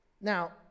Now